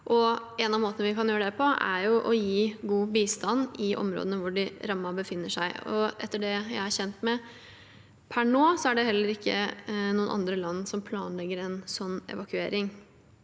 en av måtene vi kan gjøre det på, er å gi god bistand i områdene hvor de rammede befinner seg. Etter det jeg er kjent med per nå, er det heller ikke noen andre land som planlegger en slik evakuering.